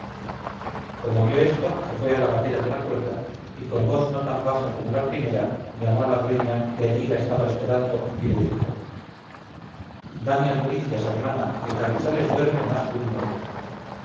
como vio esto se fue a la gatera de la puerta y con voz no tan baja como la primera llamó a la dueña que allí la estaba esperando y le dijo dame albricias hermana que carrizales duerme más que un muerto